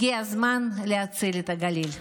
הגיע הזמן להציל את הגליל.